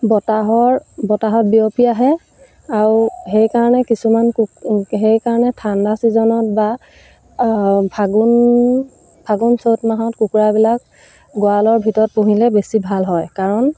বতাহৰ বতাহত বিয়পি আহে আৰু সেইকাৰণে কিছুমান সেইকাৰণে ঠাণ্ডা ছিজনত বা ফাগুণ ফাগুণ চ'ত মাহত কুকুৰাবিলাক গড়ালৰ ভিতৰত পুহিলে বেছি ভাল হয় কাৰণ